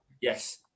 Yes